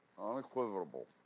unequivocal